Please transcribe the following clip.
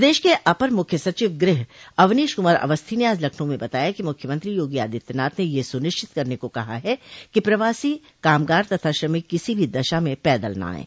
प्रदेश के अपर मुख्य सचिव गृह अवनीश कुमार अवस्थी ने आज लखनऊ में बताया कि मुख्यमंत्री योगी आदित्यनाथ ने यह सुनिश्चित करने को कहा है कि प्रवासी कामगार तथा श्रमिक किसी भी दशा में पैदल न आएं